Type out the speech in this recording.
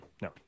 No